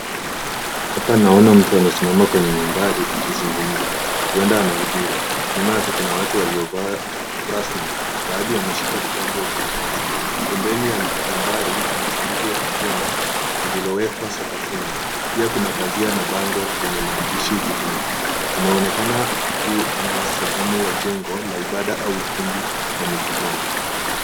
Hapa naona mtu aliyesimama kwenye mimbari akizungumza, huenda anahubiri, nyuma yake kuna watu waliovaa rasmi, baadhi wameshika vitabu au karatasi. Pembeni ya mimbari kuna sanduku la carton lililowekwa sakafuni. Pia kuna pazia na bango lenye maandishi ukutani, inaonekana kuna sehemu la jengo ya ibada au ukumbi wa mikutano.